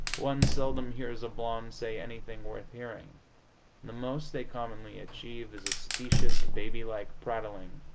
one seldom hears a blonde say anything worth hearing the most they commonly achieve is a specious, baby-like prattling,